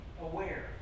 aware